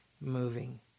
moving